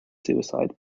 suicide